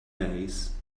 days